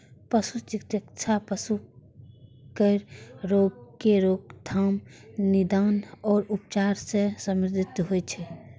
पशु चिकित्सा पशु केर रोगक रोकथाम, निदान आ उपचार सं संबंधित होइ छै